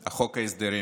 על חוק ההסדרים.